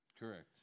Correct